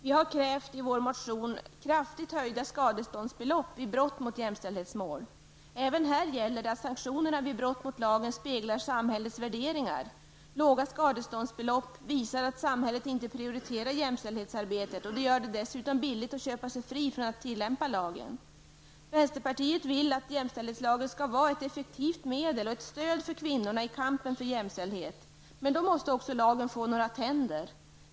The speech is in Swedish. Vi har i vår motion krävt kraftigt höjda skadeståndsbelopp vid brott mot jämställdheten. Även här gäller det att sanktionen vid brott mot lagen speglar samhällets värderingar. Låga skadeståndsbelopp visar att samhället inte prioriterar jämställdhetsarbetet. Dessutom medför låga skadeståndsbelopp att det blir billigt att köpa sig fri från att följa lagen. Västerpartiet vill att jämställdhetslagen skall vara ett effektiv medel och ett stöd för kvinnorna i kampen för jämställdhet, men det förutsätter att lagen också får tänder.